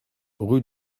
rue